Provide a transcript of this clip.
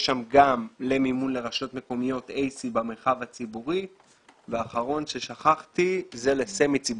יש שם גם מימון לרשויות מקומיות במרחב הציבורי ואחרון זה לסמי ציבורי.